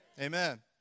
Amen